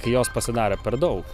kai jos pasidaro per daug